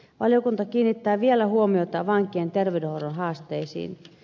valiokunta kiinnittää vielä huomiota vankien terveydenhoidon haasteisiin